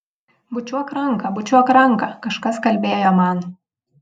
bučiuok ranką bučiuok ranką kažkas kalbėjo man